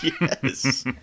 Yes